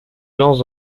lance